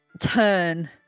turn